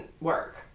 work